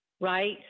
Right